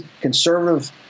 conservative